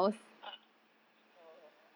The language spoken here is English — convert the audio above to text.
ah oh